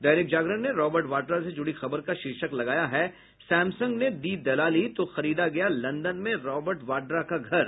दैनिक जागरण ने रॉबर्ट वाड्रा से जुड़ी खबर का शीर्षक लगाया है सैमसंग ने दी दलाली तो खरीदा गया लंदन में रॉबर्ट वाड्रा का घर